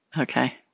Okay